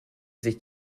sich